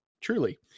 truly